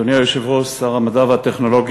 אדוני היושב-ראש, שר המדע והטכנולוגיה,